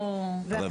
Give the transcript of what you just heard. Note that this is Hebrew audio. ואחרי זה --- בדיוק,